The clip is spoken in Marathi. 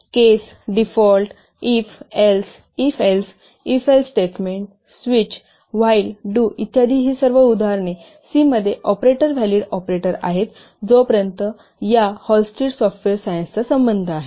CASE DEFAULT IF ELSE IFELSE IF ELSE statement आणि स्विच WHILE Do इ ही सर्व उदाहरणे सी मध्ये ऑपरेटर व्हॅलिड ऑपरेटर आहेत जोपर्यंत या हॉलस्टिडच्या सॉफ्टवेअर सायन्सचा संबंध आहे